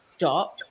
stop